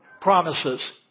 Promises